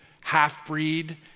half-breed